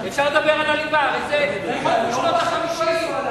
אפשר לדבר על הליבה, שנות ה-50.